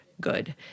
good